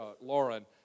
Lauren